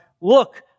look